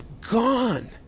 Gone